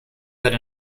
that